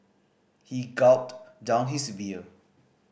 he gulped down his beer